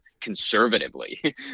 conservatively